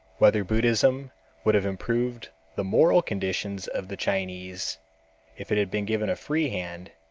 whether buddhism would have improved the moral conditions of the chinese if it had been given a free hand,